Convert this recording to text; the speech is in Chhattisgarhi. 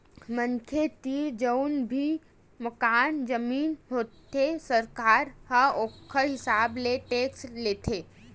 मनखे तीर जउन भी मकान, जमीन होथे सरकार ह ओखर हिसाब ले टेक्स लेथे